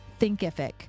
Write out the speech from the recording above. thinkific